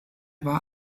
war